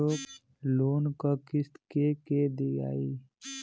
Loan क किस्त के के दियाई?